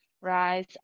rise